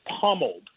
pummeled